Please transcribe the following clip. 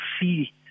see